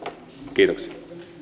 kiitoksia